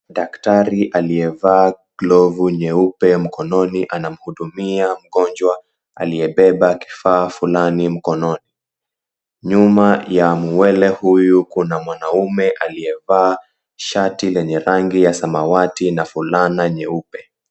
Daktari aliyevaa glovu nyeupe mkononi anamhudumia mgonjwa aliyebeba kifaa fulani mkononi. Nyuma ya muwele huyu kuna mwanaume aliyevaa shati lenye rangi ya samawati na fulana nyeupe.